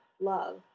love